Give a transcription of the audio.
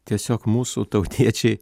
tiesiog mūsų tautiečiai